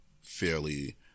fairly